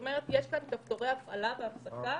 כמו במנגנונים של הבקרה והפיקוח,